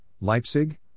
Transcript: Leipzig